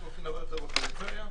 לש קולות באופקים בכלל.